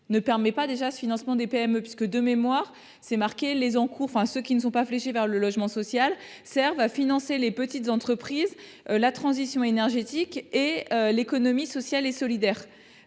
ne permet pas déjà un tel financement. De mémoire, il me semble que les encours qui ne sont pas fléchés vers le logement social servent à financer les petites entreprises, la transition énergétique et l’économie sociale et solidaire.